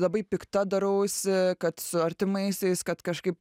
labai pikta darausi kad su artimaisiais kad kažkaip